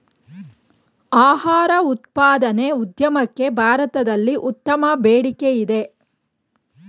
ಆಹಾರ ಉತ್ಪಾದನೆ ಉದ್ಯಮಕ್ಕೆ ಭಾರತದಲ್ಲಿ ಉತ್ತಮ ಬೇಡಿಕೆಯಿದೆ